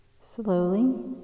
Slowly